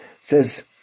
says